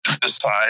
decide